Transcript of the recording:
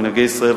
מנהגי ישראל,